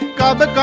gobble